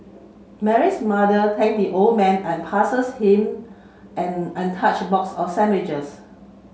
Mary's mother thank the old man and passes him an untouched box of sandwiches